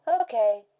Okay